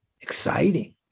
exciting